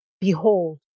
Behold